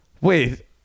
wait